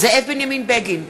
זאב בנימין בגין,